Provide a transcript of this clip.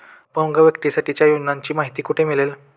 अपंग व्यक्तीसाठीच्या योजनांची माहिती कुठे मिळेल?